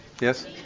Yes